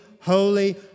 holy